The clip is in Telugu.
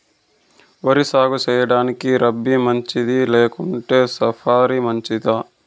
వరి సాగు సేయడానికి రబి మంచిదా లేకుంటే ఖరీఫ్ మంచిదా